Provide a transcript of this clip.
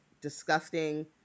disgusting